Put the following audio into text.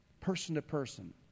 person-to-person